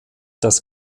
das